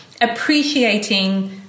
appreciating